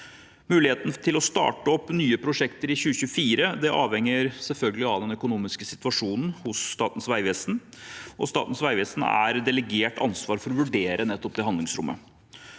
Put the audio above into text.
Muligheten til å starte opp nye prosjekter i 2024 avhenger selvfølgelig av den økonomiske situasjonen hos Statens vegvesen. Statens vegvesen er delegert ansvaret for å vurdere nettopp det handlingsrommet.